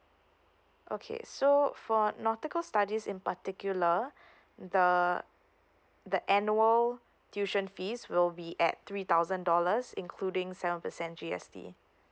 okay so for nautical studies in particular the the annual tuition fees will be at three thousand dollars including seven percent G_S_T